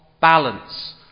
balance